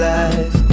life